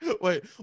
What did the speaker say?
Wait